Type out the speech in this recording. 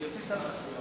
בהיותי שר התחבורה,